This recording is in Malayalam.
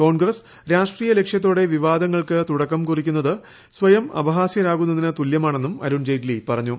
കോൺഗ്രസ് രാഷ്ട്രീയ ലക്ഷ്യത്തോടെ വിവാദങ്ങൾക്ക് തുടക്കം കുറിക്കുന്നത് സ്വയം അപഹാസ്യരാകുന്നതിന് തുല്യമാണെന്നും അരുൺ ജെയ്റ്റ്ലി പറഞ്ഞു